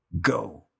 go